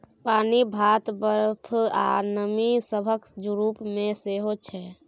पानि, भाप, बरफ, आ नमी सभक रूप मे सेहो छै